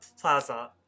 Plaza